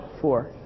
Four